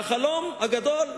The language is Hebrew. והחלום הגדול,